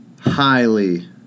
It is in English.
highly